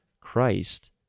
Christ